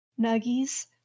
nuggies